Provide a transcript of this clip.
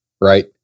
right